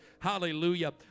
Hallelujah